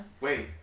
wait